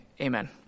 Amen